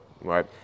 right